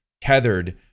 tethered